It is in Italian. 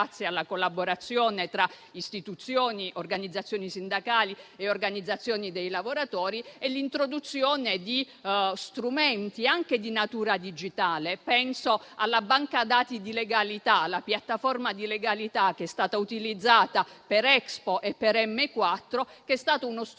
grazie alla collaborazione tra istituzioni e organizzazioni sindacali e dei lavoratori e l'introduzione di strumenti anche di natura digitale. Penso alla banca dati di legalità, la piattaforma di legalità che è stata utilizzata per Expo e per M4, che è stata uno strumento